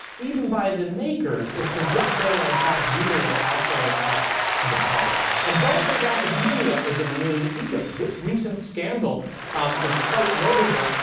even by the makers, as to what they are, in fact, doing or offering up to the public. and don't think academia as immune either. this recent scandal is quite notable.